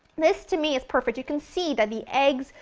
this to me is perfect, you can see that the eggs,